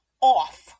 off